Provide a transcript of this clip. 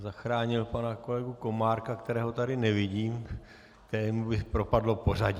Zachránil pana kolegu Komárka, kterého tady nevidím, kterému by propadlo pořadí.